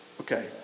Okay